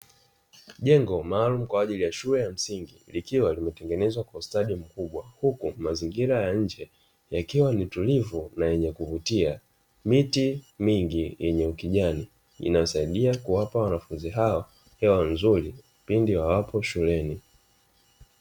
Jengo maalumu kwa ajili ya shule ya msingi likiwa limetengenezwa kwa ustadi mkubwa, huku mazingira ya nje yakiwa ni tulivu na yenye kuvutia. Miti mingi yenye ukijani inasaidia kuwapa wanafunzi hawa hewa nzuri pindi wawapo shuleni.